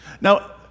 Now